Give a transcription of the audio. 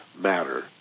matter